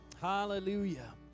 Hallelujah